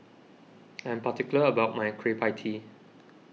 I am particular about my Kueh Pie Tee